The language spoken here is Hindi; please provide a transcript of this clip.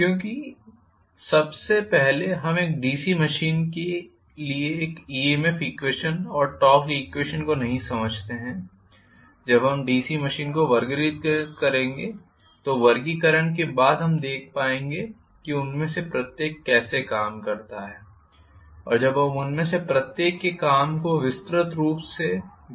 क्योंकि सबसे पहले हम एक डीसी मशीन के लिए ईएमएफ ईक्वेशन और टॉर्क ईक्वेशन को नहीं समझते हैं जब हम डीसी मशीन को वर्गीकृत करेंगे तो वर्गीकरण के बाद हम देख पाएंगे कि उनमें से प्रत्येक कैसे काम करता है और जब हम उनमें से प्रत्येक के काम को विस्तृत रूप से रहे हैं